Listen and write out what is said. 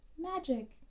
magic